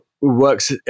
works